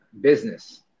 business